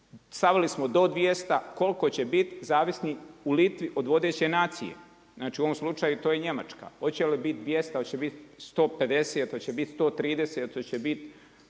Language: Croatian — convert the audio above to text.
Stavili smo do 200, koliko će biti zavisno u Litvi od vodeće nacije. Znači u ovom slučaju to je Njemačka, hoće li biti 200, hoće biti 150, hoće biti 130, hoće biti,